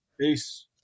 peace